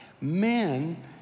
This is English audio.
men